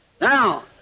Now